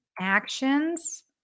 actions